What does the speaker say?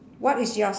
what is yours